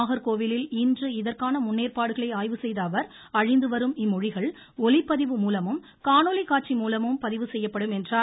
நாகர்கோவிலில் இன்று இதற்கான முன்னேற்பாடுகளை ஆய்வு செய்த அவர் அழிந்து வரும் இம்மொழிகள் ஒலிப்பதிவு மூலமும் காணொலி காட்சி மூலமும் பதிவு செய்யப்படும் என்றார்